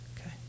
okay